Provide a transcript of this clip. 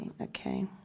Okay